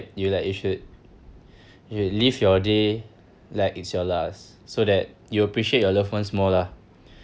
you like you should you live your day like it's your last so that you appreciate your loved ones more lah